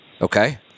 Okay